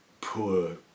poor